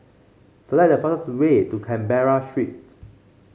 select the fastest way to Canberra Street